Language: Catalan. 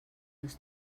les